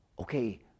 okay